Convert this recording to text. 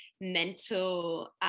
mental